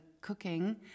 cooking